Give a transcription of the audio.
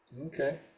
okay